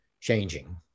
changing